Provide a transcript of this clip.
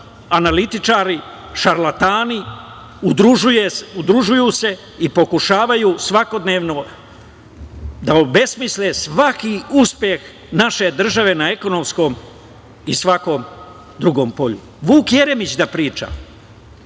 analitičari, šarlatani, udružuju se i pokušavaju svakodnevno da obesmisle svaki uspeh naše države na ekonomskom i svakom drugom polju. Vuk Jeremić da priča?